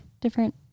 Different